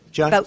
John